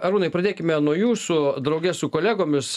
arūnai pradėkime nuo jūsų drauge su kolegomis